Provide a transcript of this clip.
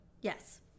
Yes